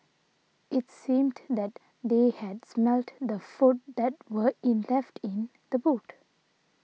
it seemed that they had smelt the food that were in left in the boot